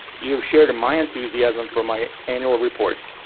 you have shared in my enthusiasm for my annual reports,